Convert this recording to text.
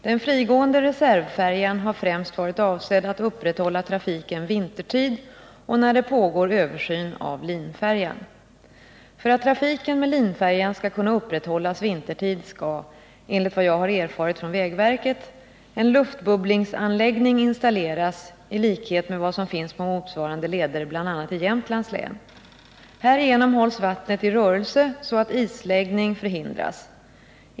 Den frigående reservfärjan har främst varit avsedd att upprätthålla trafiken vintertid och när det pågår översyn av linfärjan. För att trafiken med linfärjan skall kunna upprätthållas vintertid skall, enligt vad jag har erfarit från vägverket, en luftbubblingsanläggning installeras i likhet med vad som finns på motsvarande leder, bl.a. i Jämtlands län. Härigenom hålls vattnet i rörelse så att isläggning förhindras.